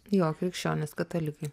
jo krikščionys katalikai